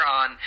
on